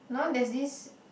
no there's this